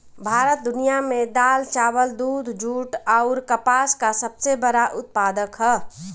भारत दुनिया में दाल चावल दूध जूट आउर कपास का सबसे बड़ा उत्पादक ह